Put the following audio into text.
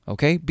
Okay